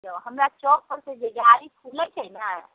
जब हमरा चौक पर से जे गाड़ी खुलैत छै ने